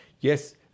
Yes